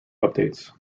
updates